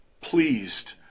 pleased